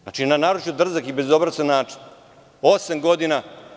Znači, na naročito drzak i bezobrazan način osam godina.